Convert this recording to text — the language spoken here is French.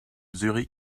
zurich